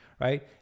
right